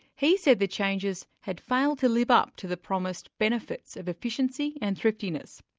he said the changes had failed to live up to the promised benefits of efficiency and thriftiness.